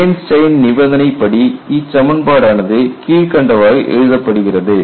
plane strain நிபந்தனை படி இச்சமன்பாடு ஆனது கீழ்க்கண்டவாறு எழுதப்படுகிறது